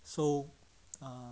so ah